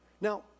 Now